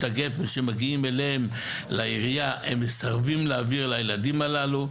הגפן שמגיעים אליהם לעירייה הם מסרבים להעביר לילדים הללו,